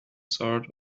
sort